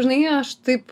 žinai aš taip